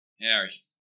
Harry